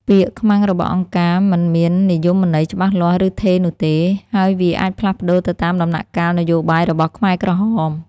ពាក្យ ខ្មាំងរបស់អង្គការ មិនមាននិយមន័យច្បាស់លាស់ ឬថេរនោះទេ ហើយវាអាចផ្លាស់ប្តូរទៅតាមដំណាក់កាលនយោបាយរបស់ខ្មែរក្រហម។